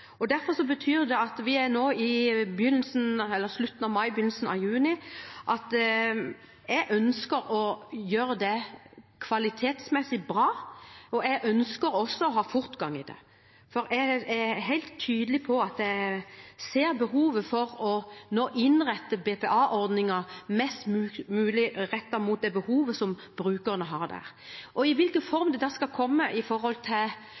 og se bredt på dette. Det betyr at jeg ønsker å gjøre dette kvalitetsmessig bra, og – nå er vi i begynnelsen av juni – jeg ønsker også å ha fortgang i det. For jeg er helt tydelig på at jeg ser behovet for å innrette BPA-ordningen mest mulig mot det behovet som brukerne har. I hvilken form det skal komme når det gjelder rettighetsfesting, hvordan vi involverer Fylkesmannen, og hvordan vi får kommunene sånn sett til